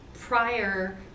prior